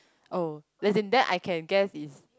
oh as in then I can guess is